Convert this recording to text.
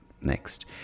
next